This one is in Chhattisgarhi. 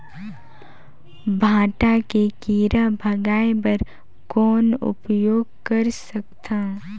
भांटा के कीरा भगाय बर कौन उपाय कर सकथव?